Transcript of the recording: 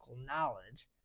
knowledge